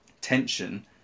tension